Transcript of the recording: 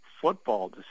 football